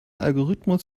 algorithmus